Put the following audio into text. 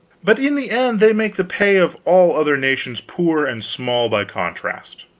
but in the end they make the pay of all other nations poor and small by contrast.